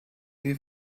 wie